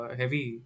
heavy